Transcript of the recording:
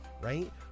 right